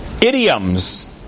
idioms